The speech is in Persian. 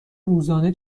روزانه